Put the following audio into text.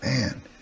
man